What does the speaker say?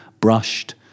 brushed